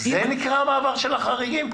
זה נקרא מעבר של חריגים?